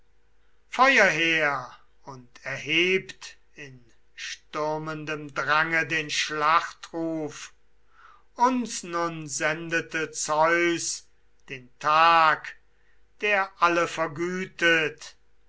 feuer her und erhebt in stürmendem drange den schlachtruf uns nun sendete zeus den tag der alle vergütet